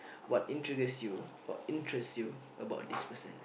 what in triggers you or interest you about this person